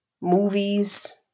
movies